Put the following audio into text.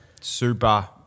super